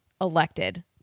elected